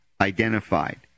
identified